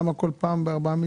למה כל פעם בארבעה מיליון.